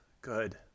Good